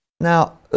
Now